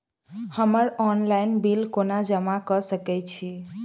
हम्मर online bill कोना जमा कऽ सकय छी?